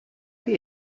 did